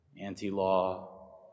Anti-law